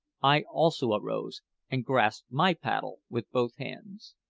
i also arose and grasped my paddle with both hands.